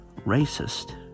racist